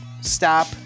Stop